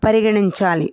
పరిగణించాలి